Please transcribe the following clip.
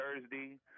Thursday